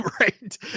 right